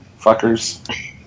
Fuckers